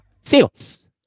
sales